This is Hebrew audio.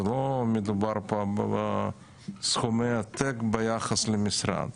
זה לא מדובר פה על סכומי עתק ביחס למשרד.